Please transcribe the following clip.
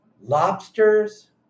Lobsters